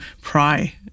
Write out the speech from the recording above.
pry